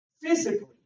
physically